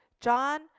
John